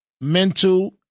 mental